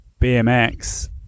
BMX